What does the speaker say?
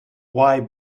why